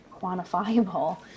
quantifiable